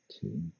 two